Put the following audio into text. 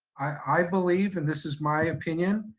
i believe, and this is my opinion,